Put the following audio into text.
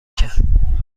کرد